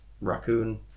raccoon